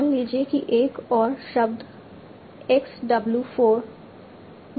मान लीजिए कि एक और शब्द है x w 4